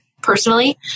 personally